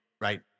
Right